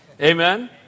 Amen